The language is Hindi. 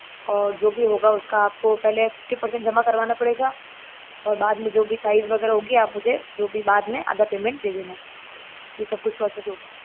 और जो भी होगा उसका आपको पहले फिफ्टी पर्सेंट जमा करवाना पड़ेगा और बाद में जो भी साइज़ वगैरह होगी आप मुझे जो भी बाद में आधा पेमेंट दे देना ये सब कुछ प्रोसेस होगा